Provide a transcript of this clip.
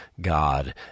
God